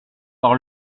par